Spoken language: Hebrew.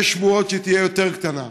יש שמועות שהיא תהיה יותר קטנה.